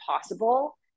possible